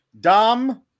Dom